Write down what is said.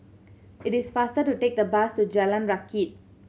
it is faster to take the bus to Jalan Rakit